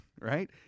right